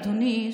אדוני,